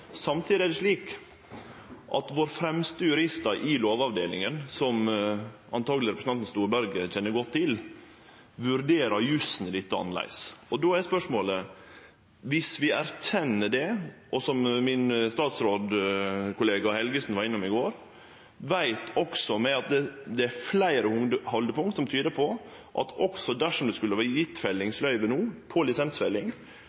Samtidig er det slik at våre fremste juristar i Lovavdelinga, som antakeleg representanten Storberget kjenner godt til, vurderer jussen i dette annleis. Dersom vi erkjenner det – som statsrådkollega Helgesen var innom i går – veit vi også at det er fleire haldepunkt som tyder på at dersom det skulle vore